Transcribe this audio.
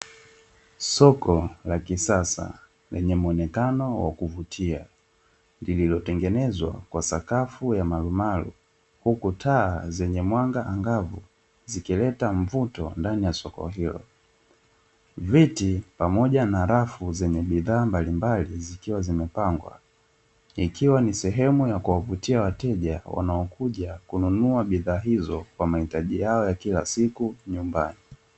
Soko la kisasa lenye muonekano wa kuvutia lililotengenezwa kwa sakafu ya malumalu, huku taa zenye mwanga angavu zikileta mvuto ndani ya soko hilo, viti pamoja na rafu zenye bidhaa mbalimbali zikiwa vimepangwa, ikiwa ni sehemu ya kuwavutia wateja wanaokuja kununua bidhaa hizo, kwa mahitaj yao ya kila siku nyumbani.